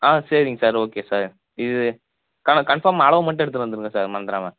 ஆ சரிங்க sir okay sir இது confirm அளவு மட்டும் எடுத்துகிட்டு வந்துடுங்க சார் மறந்துறாமல்